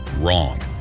Wrong